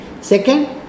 second